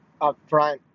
upfront